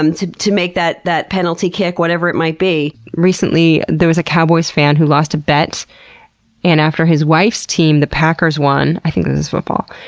um to to make that that penalty kick, whatever that might be. recently there was a cowboys' fan who lost a bet and after his wife's team, the packers, won. i think this is football.